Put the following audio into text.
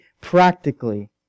Practically